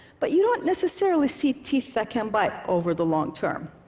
but you don't necessarily see teeth that can bite over the long term.